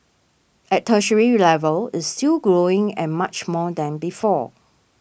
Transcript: at tertiary level it's still growing and much more than before